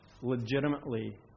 legitimately